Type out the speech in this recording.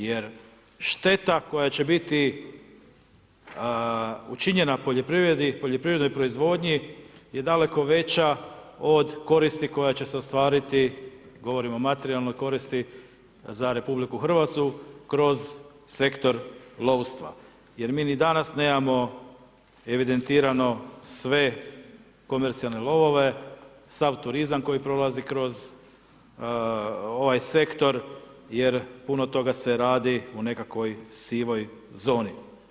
Jer šteta koja će biti učinjena poljoprivredi, poljoprivrednoj proizvodnji je daleko veća od koristi koja će se ostvariti, govorimo o materijalnoj koristi za RH kroz sektor lovstva jer mi ni danas nemamo evidentirano sve komercijalne lovove, sav turizam koji prolazi kroz ovaj sektor jer puno toga se radi u nekakvoj sivoj zoni.